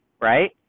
right